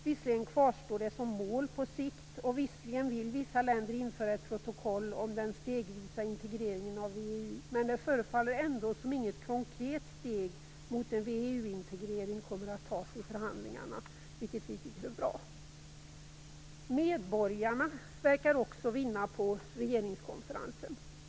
Visserligen kvarstår det som mål på sikt, och visserligen vill vissa länder införa ett protokoll om den stegvisa integreringen av VEU, men det förefaller ändå som om inget konkret steg mot en VEU-integrering kommer att tas i förhandlingarna, och det tycker vi är bra. Medborgarna verkar också vinna på regeringskonferensen.